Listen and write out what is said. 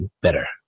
better